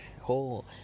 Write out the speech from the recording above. whole